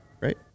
right